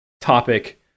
topic